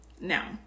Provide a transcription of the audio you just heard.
Now